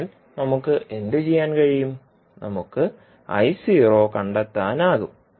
അതിനാൽ നമുക്ക് എന്തുചെയ്യാൻ കഴിയും നമുക്ക് കണ്ടെത്താനാകും